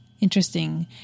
interesting